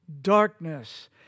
Darkness